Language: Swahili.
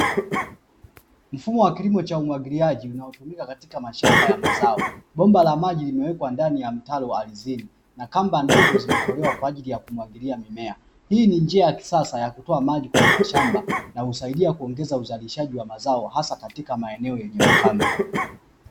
Mfumo wa kilimo cha umwagiliaji unaotumika katika mashamba ya mazao bomba la maji ilimewekwa ndani ya mtaro ardhini, na kamba ndogo zimetolewa kwa ajili ya kumwagilia mmea, hii ni njia ya kisasa ya kutoa maji kwenye mashamba na husaidia kuongeza uzalishaji wa mazao hasa katika maeneo yenye ukame.